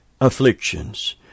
afflictions